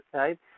right